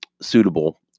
suitable